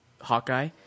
hawkeye